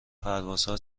پروازها